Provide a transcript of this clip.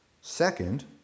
Second